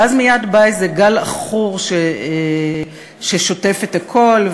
ואז מייד בא איזה גל עכור ששוטף את הכול.